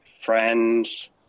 Friends